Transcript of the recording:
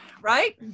Right